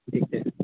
ठीक छै